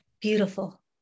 beautiful